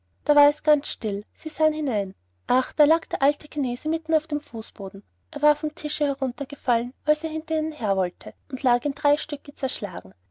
da war es ganz still sie sahen hinein ach da lag der alte chinese mitten auf dem fußboden er war vom tische hinuntergefallen als er hinter ihnen her wollte und lag in drei stücke zerschlagen